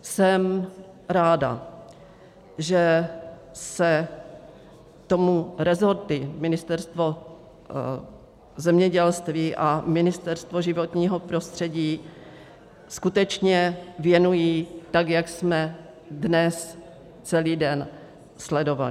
Jsem ráda, že se tomu resorty, Ministerstvo zemědělství a Ministerstvo životního prostředí skutečně věnují tak, jak jsme dnes celý den sledovali.